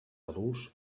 adults